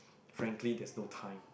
frankly there's no time